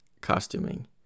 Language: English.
costuming